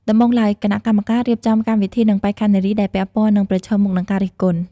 ដំបូងឡើយ គណៈកម្មការរៀបចំកម្មវិធីនិងបេក្ខនារីដែលពាក់ព័ន្ធនឹងប្រឈមមុខនឹងការរិះគន់។